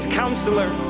counselor